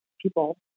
people